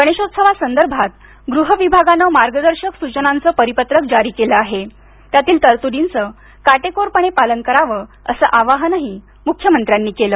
गणेशोत्सवासंदर्भात गृहविभागाने मार्गदर्शक सुचनांचे परिपत्रक जारी केलं आहे त्यातील तरतुर्दीचे काटेकोरपणे पालन करावं असं आवाहनही मुख्यमंत्र्यांनी केले